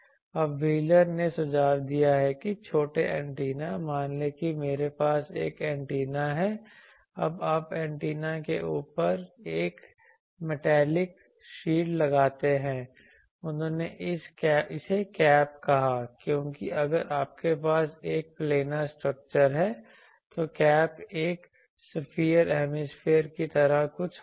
अब व्हीलर ने सुझाव दिया कि छोटे एंटीना मान लें कि मेरे पास एक एंटीना है अब आप एंटीना के ऊपर एक मैटालिक शील्ड लगाते हैं उन्होंने इसे कैप कहा क्योंकि अगर आपके पास एक प्लैनर स्ट्रक्चर है तो कैप एक स्फीयर हेमिस्फीयर की तरह कुछ होगी